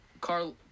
carl